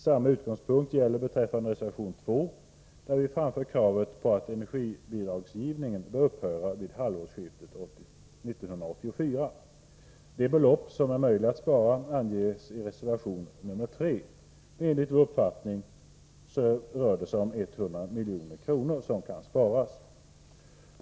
Samma utgångspunkt gäller beträffande reservation 2, där vi framför kravet på att energibidragsgivningen bör upphöra vid halvårsskiftet 1984. De belopp som är möjliga att spara anges i reservation 3. Enligt vår uppfattning kan 100 milj.kr. sparas.